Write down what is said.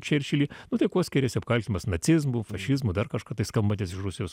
čerčilį nu tai kuo skiriasi apkaltintas nacizmu fašizmu dar kažkuo tai skambantis iš rusijos